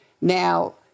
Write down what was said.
Now